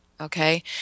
okay